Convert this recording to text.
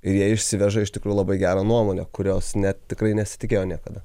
ir jie išsiveža iš tikrųjų labai gerą nuomonę kurios net tikrai nesitikėjo niekada